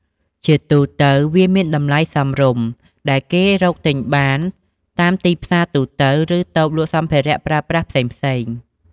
ជាទូទៅវាមានតម្លៃសមរម្យ ដែលគេរកទិញបានតាមទីផ្សារទូទៅ ឬតូបលក់សម្ភារៈប្រើប្រាស់ផ្សេងៗ។